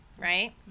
Right